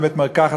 בבית-מרקחת,